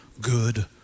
good